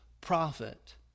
prophet